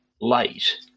late